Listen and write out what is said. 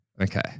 Okay